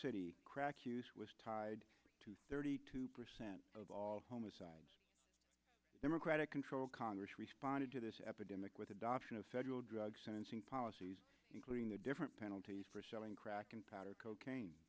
city crack use was tied thirty percent of all home asides democratic controlled congress responded to this epidemic with adoption of federal drug sentencing policies including the different penalties for selling crack and powder cocaine